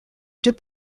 deux